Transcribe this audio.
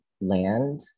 land